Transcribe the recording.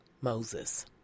Moses